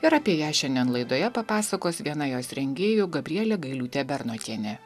ir apie ją šiandien laidoje papasakos viena jos rengėjų gabrielė gailiūtė bernotienė